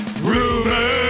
Rumor